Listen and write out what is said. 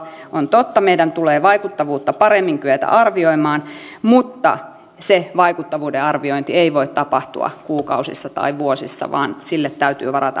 on totta että meidän tulee vaikuttavuutta paremmin kyetä arvioimaan mutta se vaikuttavuuden arviointi ei voi tapahtua kuukausissa tai vuosissa vaan sille täytyy varata riittävästi aikaa